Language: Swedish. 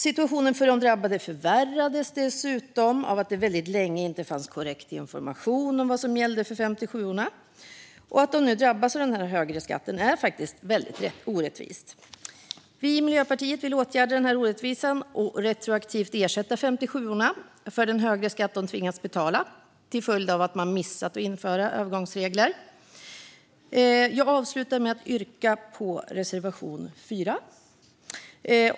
Situationen för de drabbade förvärrades dessutom av att det väldigt länge inte fanns korrekt information om vad som gällde för 57:orna. Att de nu drabbas av en högre skatt är väldigt orättvist. Vi i Miljöpartiet vill åtgärda denna orättvisa och retroaktivt ersätta 57:orna för den högre skatt de tvingas betala till följd av att man missat att införa övergångsregler. Jag vill avsluta med att yrka bifall till reservation 4.